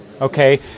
okay